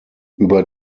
über